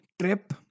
trip